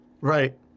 Right